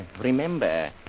Remember